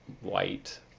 white